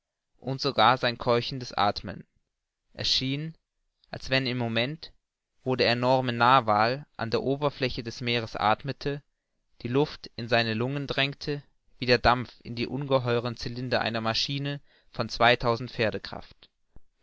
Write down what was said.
und sogar sein keuchendes athmen es schien als wenn im moment wo der enorme narwal an der oberfläche des meeres athmete die luft in seine lungen dränge wie der dampf in die ungeheuern cylinder einer maschine von